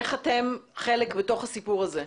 איך אתם חלק בתוך הסיפור הזה?